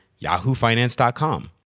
yahoofinance.com